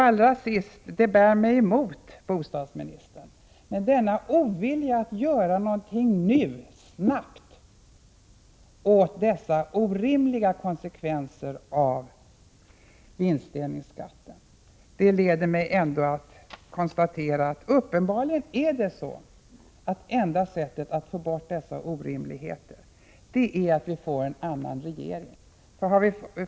Allra sist: Det bär mig emot, herr bostadsminister, men den visade ovilligheten att göra någonting nu åt dessa orimliga konsekvenser av vinstdelningsskatten leder mig till att konstatera att det enda sättet att få bort dessa orimligheter uppenbarligen är att vi får en annan regering.